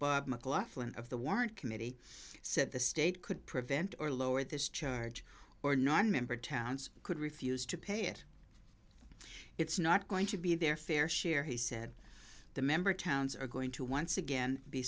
mclaughlin of the warrant committee said the state could prevent or lower this charge or nonmember towns could refuse to pay it it's not going to be their fair share he said the member towns are going to once again be